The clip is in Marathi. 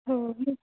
हो